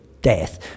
death